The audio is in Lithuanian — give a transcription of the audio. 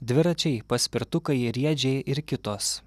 dviračiai paspirtukai riedžiai ir kitos